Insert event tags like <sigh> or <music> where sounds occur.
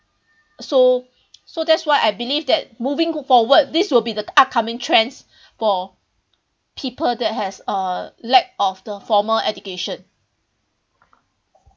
so so that's why I believe that moving forward this will be the upcoming trends <breath> for people that has a lack of the formal education